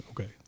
okay